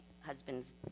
husbands